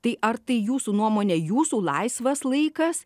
tai ar tai jūsų nuomone jūsų laisvas laikas